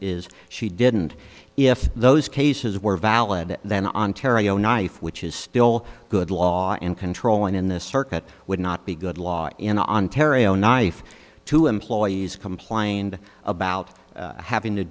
is she didn't if those cases were valid then ontario knife which is still a good law and controlling in this circuit would not be good law in ontario knife two employees complained about having to